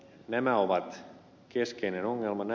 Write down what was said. nämä ovat keskeinen ongelma